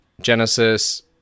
Genesis